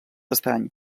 estany